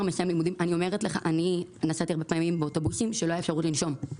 אני נסעתי הרבה פעמים באוטובוסים כשלא היתה אפשרות לנשום.